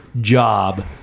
job